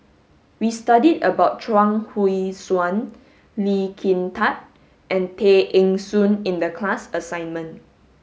we studied about Chuang Hui Tsuan Lee Kin Tat and Tay Eng Soon in the class assignment